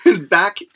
back